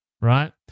right